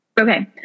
Okay